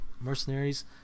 mercenaries